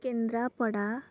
Kendrapara